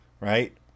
right